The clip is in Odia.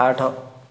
ଆଠ